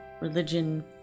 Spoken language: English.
religion